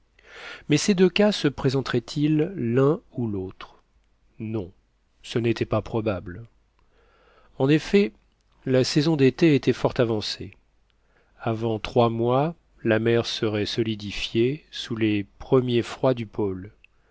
mais ces deux cas se présenteraient ils l'un ou l'autre non ce n'était pas probable en effet la saison d'été était fort avancée avant trois mois la mer serait solidifiée sous les premiers froids du pôle